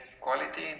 quality